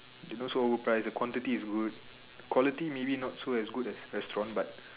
they not so overprices the quantity is good the quality maybe not so as good as restaurant but